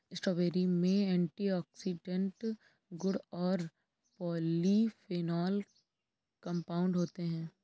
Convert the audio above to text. strawberry में antioxidant गुण और पॉलीफेनोल कंपाउंड होते हैं